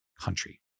country